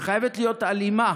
וחייבת להיות הלימה